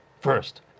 First